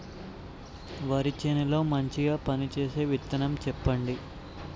వరి చేను లో మంచిగా పనిచేసే విత్తనం చెప్పండి?